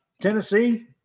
Tennessee